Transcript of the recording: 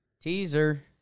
Teaser